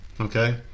Okay